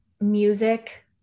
music